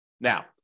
Now